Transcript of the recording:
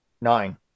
nine